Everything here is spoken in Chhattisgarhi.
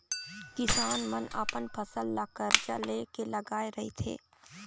किसान मन अपन फसल ल करजा ले के लगाए रहिथे